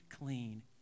clean